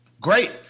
Great